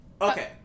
Okay